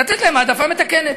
לתת להם העדפה מתקנת.